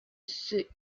suit